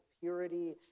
purity